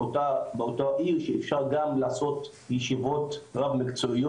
באותו עיר שאפשר גם לעשות ישיבות רב מקצועיות